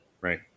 Right